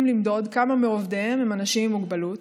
למדוד כמה מעובדיהם הם אנשים עם מוגבלות,